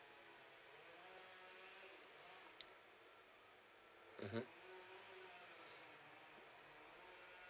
mmhmm